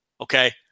okay